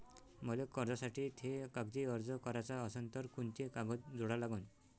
मले कर्जासाठी थे कागदी अर्ज कराचा असन तर कुंते कागद जोडा लागन?